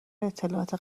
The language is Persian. اطلاعات